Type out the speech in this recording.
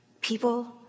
People